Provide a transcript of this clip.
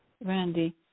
Randy